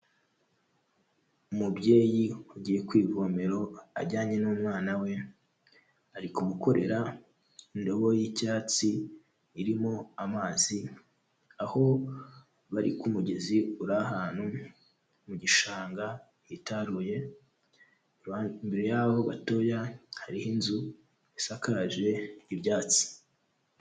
Umubyeyi ugiye kwivomero ajyanye n'umwana we, ari kumukorera indobo y'icyatsi irimo amazi, aho bari ku mugezi uri ahantu mu gishanga hitaruye, imbere y'aho gatoya hariho inzu isakaje ibyatsi.